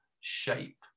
shape